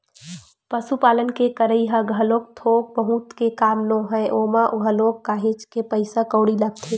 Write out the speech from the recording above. पसुपालन के करई ह घलोक थोक बहुत के काम नोहय ओमा घलोक काहेच के पइसा कउड़ी लगथे